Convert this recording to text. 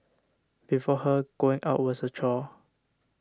before her going out was a chore